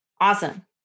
Awesome